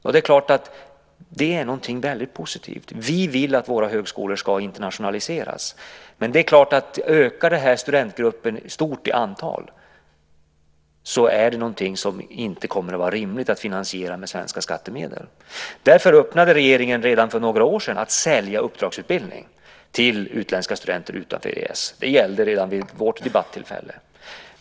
Och det är klart att det är någonting väldigt positivt. Vi vill att våra högskolor ska internationaliseras. Men det är klart att om den här studentgruppen ökar stort i antal kommer det inte att vara rimligt att finansiera det med svenska skattemedel. Därför öppnade regeringen redan för några år sedan för att sälja uppdragsutbildning till utländska studenter från länder utanför EES-området. Det gällde redan vid vårt förra debattillfälle.